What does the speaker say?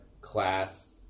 class